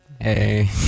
Hey